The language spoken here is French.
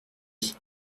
lui